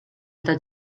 eta